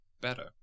better